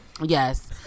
Yes